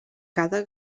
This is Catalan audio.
cada